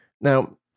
Now